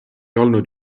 olnud